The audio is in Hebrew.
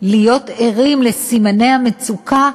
להיות ערים לסימני המצוקה,